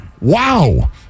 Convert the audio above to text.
Wow